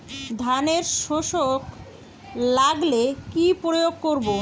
ধানের শোষক লাগলে কি প্রয়োগ করব?